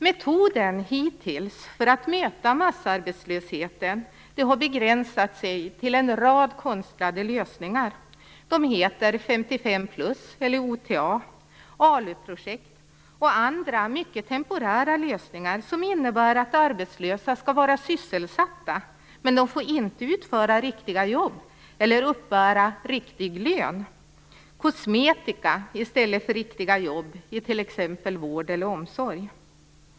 Metoden hittills för att möta massarbetslösheten har begränsat sig till en rad konstlade lösningar som 55-plus, OTA, ALU-projekt och andra mycket temporära lösningar som innebär att arbetslösa skall vara sysselsatta. Men de får inte utföra riktiga jobb eller uppbära riktig lön. Det är kosmetika i stället för riktiga jobb inom t.ex. vård eller omsorg.